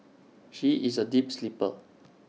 she is A deep sleeper